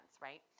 right